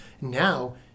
Now